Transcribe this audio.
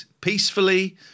peacefully